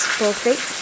perfect